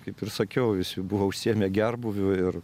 kaip ir sakiau visi buvo užsiėmę gerbūviu ir